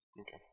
Okay